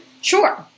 Sure